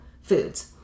foods